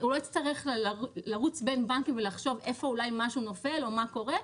הוא לא יצטרך לרוץ בין בנקים ולחשוב איפה אולי משהו נופל או מה קורה,